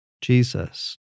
Jesus